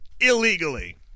Illegally